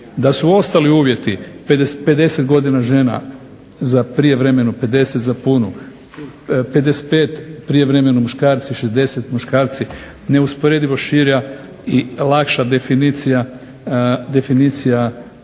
Da su ostali uvjeti 50 godina žena za prijevremenu, 50 za punu, 55 prijevremeno muškarci, 60 muškarci, neusporedivo šira i lakša definicija